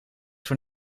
voor